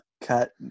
cut